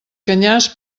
canyars